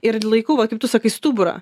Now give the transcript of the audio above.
ir laiku va kaip tu sakai stuburą